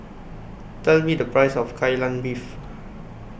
Tell Me The Price of Kai Lan Beef